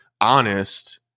honest